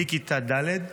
מכיתה ד'